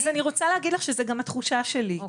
אז אני רוצה להגיד לך שזאת גם התחושה שלי,